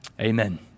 amen